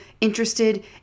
interested